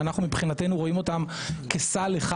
שאנחנו מבחינתנו רואים אותם כסל אחד,